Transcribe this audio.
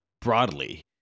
broadly